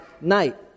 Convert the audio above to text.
night